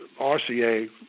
RCA